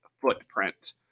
footprint